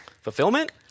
fulfillment